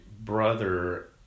brother